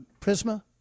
Prisma